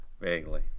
Vaguely